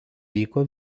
vyko